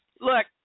Look